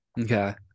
okay